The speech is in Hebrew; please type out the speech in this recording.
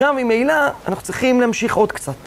גם מימלא, אנחנו צריכים להמשיך עוד קצת.